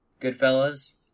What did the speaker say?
Goodfellas